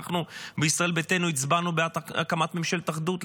אנחנו בישראל ביתנו הצבענו בעד הקמת ממשלת אחדות,